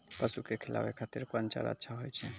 पसु के खिलाबै खातिर कोन चारा अच्छा होय छै?